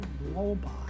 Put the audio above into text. robot